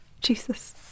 Jesus